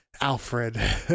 alfred